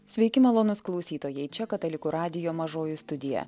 sveiki malonūs klausytojai čia katalikų radijo mažoji studija